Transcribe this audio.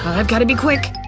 i've got to be quick